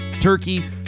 turkey